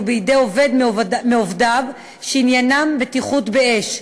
בידי עובד מעובדיו שעניינן בטיחות באש.